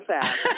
fast